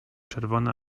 czerwone